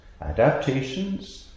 adaptations